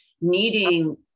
needing